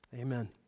amen